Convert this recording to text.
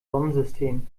sonnensystem